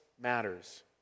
matters